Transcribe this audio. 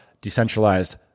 decentralized